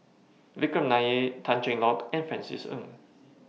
Vikram Nair Tan Cheng Lock and Francis Ng